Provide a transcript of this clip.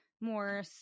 more